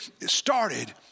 started